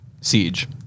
siege